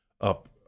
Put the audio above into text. up